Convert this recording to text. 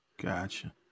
Gotcha